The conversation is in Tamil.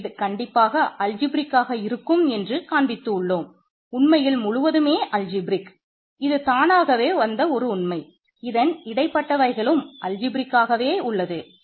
K அல்ஜிப்ரேக் உள்ளது